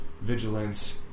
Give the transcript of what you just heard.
vigilance